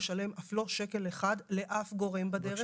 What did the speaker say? לשלם אף לא שקל אחד לאף גורם בדרך,